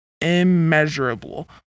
immeasurable